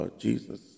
Jesus